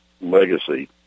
legacy